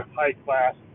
high-class